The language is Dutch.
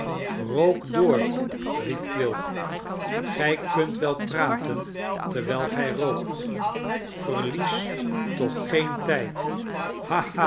rook door t riep quilp gij kunt wel praten terwijl gij rookt verlies toch geen tijd